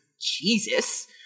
Jesus